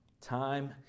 Time